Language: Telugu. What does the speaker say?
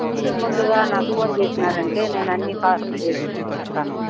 కొంచెం ముందుగా నాకు ఫోన్ చేసినారు అంటే నేను అన్నీ పార్సిల్ చేసి కట్టి పెడాతాను